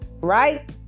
right